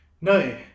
No